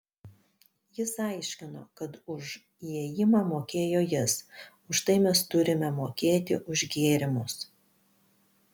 jis aiškino kad už įėjimą mokėjo jis už tai mes turime mokėti už gėrimus